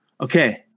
Okay